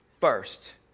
first